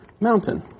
mountain